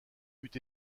eût